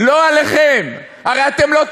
לא עליכם, הרי אתם לא תיסעו,